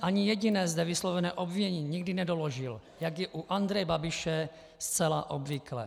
Ani jediné zde vyslovené obvinění nikdy nedoložil, jak je u Andreje Babiše zcela obvyklé.